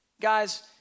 guys